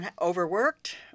overworked